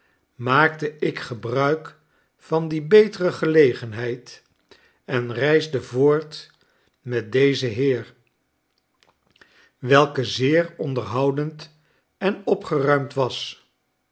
maakte ik gebruik van die betere gelegenheid'en reisde voort met dezen heer welke zeer onderhoudend en opgeruimd was